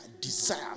desire